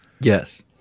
Yes